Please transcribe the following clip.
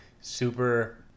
super